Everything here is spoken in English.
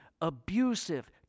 abusive